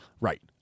Right